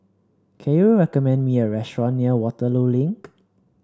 can you recommend me a restaurant near Waterloo Link